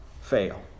fail